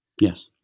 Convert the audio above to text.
yes